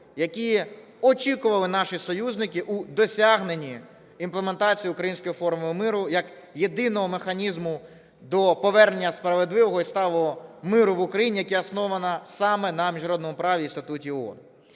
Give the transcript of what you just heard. які очікували наші союзники у досягненні імплементації української Формули миру як єдиного механізму до повернення справедливого і сталого миру в Україні, яке основане саме на міжнародному праві і Статуті ООН.